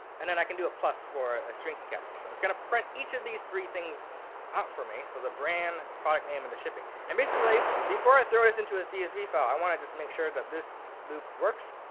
and then i can do a plus for for a string concatenation. it's going to print each of these three things out for me, so the brand, and the product name, and the shipping. and basically, before i throw this into a csv file, i want to just make sure that this loop works.